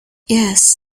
yes